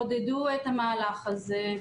עודדו את המהלך הזה.